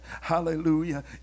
hallelujah